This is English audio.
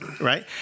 right